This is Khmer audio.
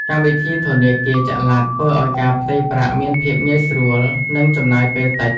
កម្មវិធីធនាគារចល័ត ធ្វើឱ្យការផ្ទេរប្រាក់មានភាពងាយស្រួល និងចំណាយពេលតិច។